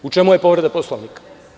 U čemu je povreda Poslovnika?